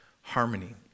harmony